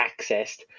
accessed